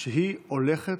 שהיא הולכת,